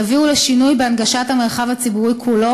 יביאו לשינוי בהנגשת המרחב הציבורי כולו